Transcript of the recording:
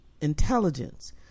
intelligence